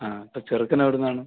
ആ ചെറുക്കൻ എവിടുന്നാണ്